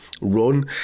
run